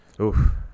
Oof